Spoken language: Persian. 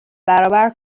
برابر